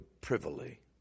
privily